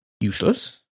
useless